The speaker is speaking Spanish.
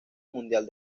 mundial